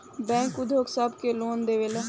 bank उद्योग सब के लोन देवेला